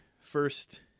first –